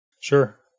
Sure